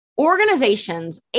Organizations